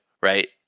right